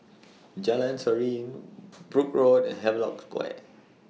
Jalan Serene Brooke Road Havelock Square